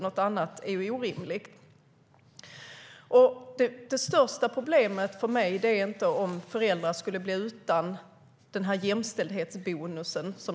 Något annat vore orimligt. Det största problemet för mig är inte om föräldrar skulle bli utan jämställdhetsbonusen.